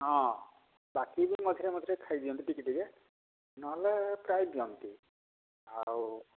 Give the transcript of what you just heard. ହଁ ବାକି ବି ମଝିରେ ମଝିରେ ଖାଇ ଦିଅନ୍ତି ଟିକେ ଟିକେ ନ ହେଲେ ପ୍ରାୟ ଦିଅନ୍ତି ଆଉ